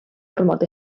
ormod